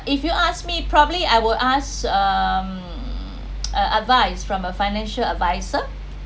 if you ask me probably I will ask um ad~ advice from a financial advisor